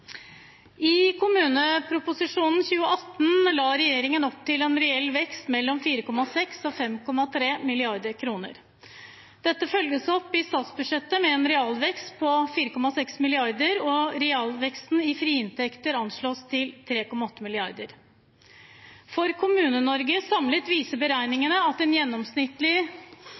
I kommuneproposisjonen for 2018 la regjeringen opp til en reell vekst på mellom 4,6 mrd. og 5,3 mrd. kr. Dette følges opp i statsbudsjettet med en realvekst på 4,6 mrd. kr, og realveksten i de frie inntektene anslås til 3,8 mrd. kr. For Kommune-Norge samlet sett viser beregningene at